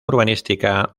urbanística